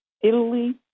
Italy